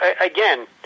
again